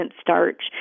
starch